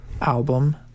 album